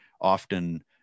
often